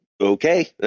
okay